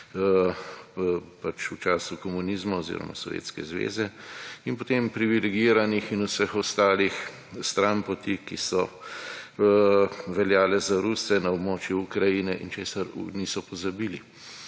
pač v času komunizma oziroma Sovjetske zveze in potem privilegiranih in vseh ostalih stranpoti, ki so veljale za Ruse na območju Ukrajine in česar niso pozabili.